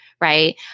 right